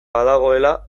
badagoela